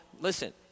listen